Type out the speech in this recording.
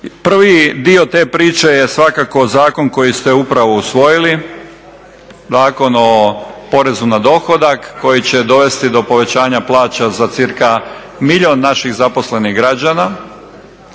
Prvi dio te priče je svakako zakon koji ste upravo usvojili, Zakon o porezu na dohodak koji će dovesti do povećanja plaća za cca milijun naših zaposlenih građana.